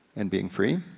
and being free.